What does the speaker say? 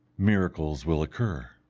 miracles will occur.